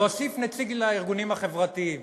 להוסיף נציג לארגונים החברתיים